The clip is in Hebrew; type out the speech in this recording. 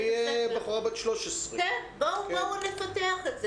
והיא נערה בת 13. בואו נפתח את זה.